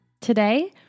Today